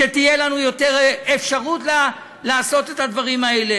שתהיה לנו יותר אפשרות לעשות את הדברים האלה.